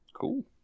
cool